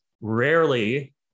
rarely